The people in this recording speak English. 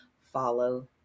Follow